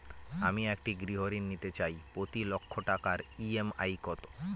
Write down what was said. আমি একটি গৃহঋণ নিতে চাই প্রতি লক্ষ টাকার ই.এম.আই কত?